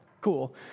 cool